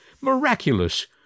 miraculous